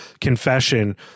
confession